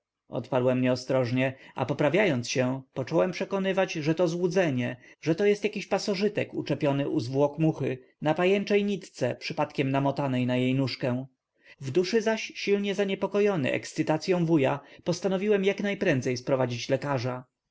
odparłem nieostrożnie a poprawiając się począłem przekonywać że to złudzenie ze to jest jakiś pasorzytek uczepiony u zwłok muchy na pajęczej niteczce przypadkiem namotanej na jej nóżkę w duszy zaś silnie zaniepokojony ekscytacyą wuja postanowiłem jaknajprędzej sprowadzić lekarza